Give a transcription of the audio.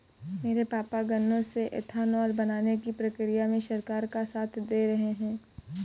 मेरे पापा गन्नों से एथानाओल बनाने की प्रक्रिया में सरकार का साथ दे रहे हैं